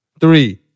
Three